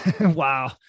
wow